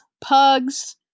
pugs